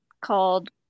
called